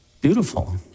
beautiful